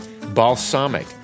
Balsamic